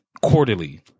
quarterly